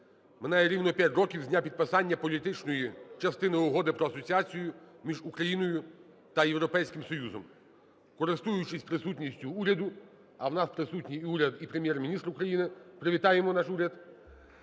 минає рівно 5 років з дня підписання політичної частини Угоди про асоціацією між Україною та Європейським Союзом. Користуючись присутністю уряду, а у нас присутній уряд і Прем'єр-міністр України, привітаємо наш уряд.